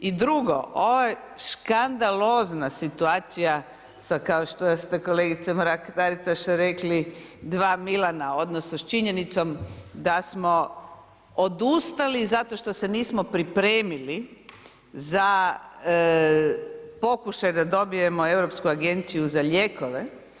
I drugo ova škandalozna situacija sad kao što ste kolegice Mrak-Taritaš rekli dva Milana, odnosno s činjenicom da smo odustali zato što se nismo pripremili za pokušaj da dobijemo Europsku agenciju za lijekove.